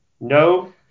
No